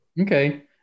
Okay